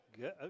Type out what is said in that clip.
Good